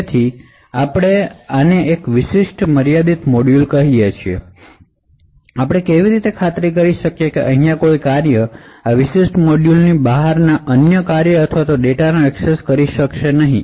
એટ્લે કે આપણે આને એક મર્યાદિત મોડ્યુલ કહીએ છીએ આપણે કેવી રીતે ખાતરી કરી શકીએ કે અહીં કોઈ ફંકશન આ મોડ્યુલની બહારના અન્ય ફંકશન અથવા ડેટાને એક્સેસ કરી શકશે નહીં